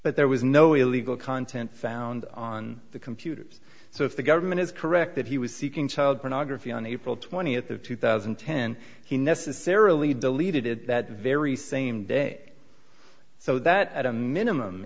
but there was no illegal content found on the computers so if the government is correct that he was seeking child pornography on april twentieth of two thousand and ten he necessarily deleted it that very same day so that at a minimum